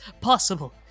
possible